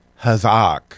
hazak